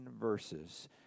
verses